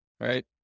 right